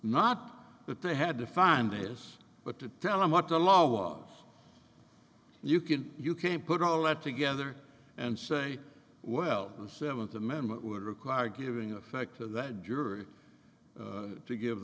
not that they had to find this but to tell them what a lot of off you can you can't put all that together and say well the seventh amendment would require giving effect to that jury to give